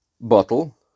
bottle